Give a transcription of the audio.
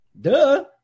duh